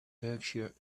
berkshire